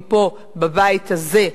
פה, בבית הזה,